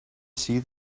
see